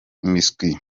miswi